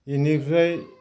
बिनिफ्राय